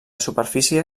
superfície